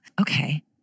Okay